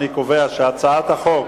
אני קובע שהצעת החוק